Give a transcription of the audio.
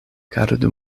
gardu